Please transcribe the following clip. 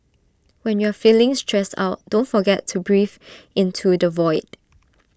when you are feeling stressed out don't forget to breathe into the void